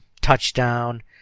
touchdown